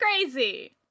crazy